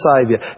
saviour